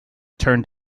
turned